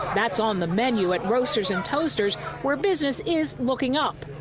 that's on the menu at grossers and toasters, where business is looking up.